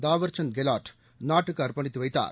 தவார்சந்த் கேலாட் நாட்டுக்கு அர்ப்பணித்து வைத்தார்